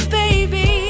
baby